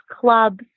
clubs